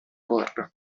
corda